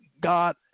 God